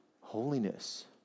holiness